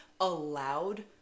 allowed